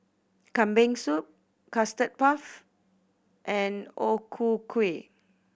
Kambing Soup Custard Puff and O Ku Kueh